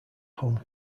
home